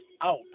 out